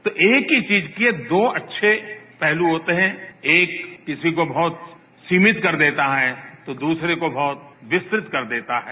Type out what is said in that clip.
तो एक ही चीज के दो अच्छे पहलू होते हैं एकि किसी को बहुत सीमित कर देता है तो दूसरे को बहुत विस्तृत कर देता है